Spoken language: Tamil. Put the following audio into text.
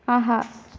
ஆஹா